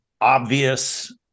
obvious